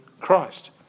Christ